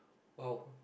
oh